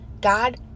God